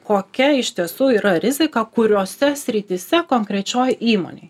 kokia iš tiesų yra rizika kuriose srityse konkrečioj įmonėj